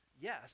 Yes